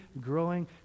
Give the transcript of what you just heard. growing